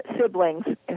siblings